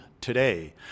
today